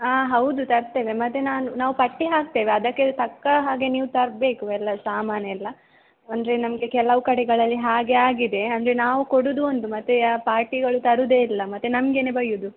ಆಂ ಹೌದು ತರ್ತೇವೆ ಮತ್ತು ನಾನು ನಾವು ಪಟ್ಟಿ ಹಾಕ್ತೇವೆ ಅದಕ್ಕೆ ತಕ್ಕ ಹಾಗೆ ನೀವು ತರಬೇಕು ಎಲ್ಲ ಸಾಮಾನೆಲ್ಲ ಅಂದರೆ ನಮಗೆ ಕೆಲವು ಕಡೆಗಳಲ್ಲಿ ಹಾಗೆ ಆಗಿದೆ ಅಂದರೆ ನಾವು ಕೊಡುವುದು ಒಂದು ಮತ್ತು ಪಾರ್ಟಿಗಳು ತರೋದೆ ಇಲ್ಲ ಮತ್ತು ನಮ್ಗೆ ಬೈಯ್ಯೋದು